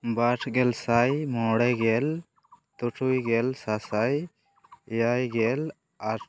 ᱵᱟᱨᱜᱮᱞ ᱥᱟᱭ ᱢᱚᱬᱮ ᱜᱮᱞ ᱛᱩᱨᱩᱭ ᱜᱮᱞ ᱥᱟᱥᱟᱭ ᱮᱭᱟᱭ ᱜᱮᱞ ᱟᱨ